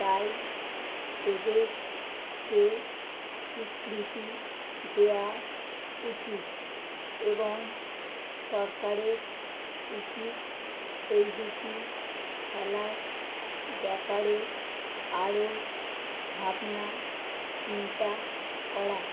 তাই এদেরকে স্বীকৃতি দেয়া উচিত এবং সরকারের উচিত এই দুটি খেলার ব্যাপারে আরো ভাবনা চিন্তা করা